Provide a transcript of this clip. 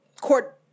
court